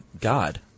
god